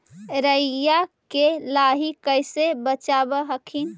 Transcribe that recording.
राईया के लाहि कैसे बचाब हखिन?